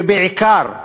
ובעיקר,